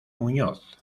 muñoz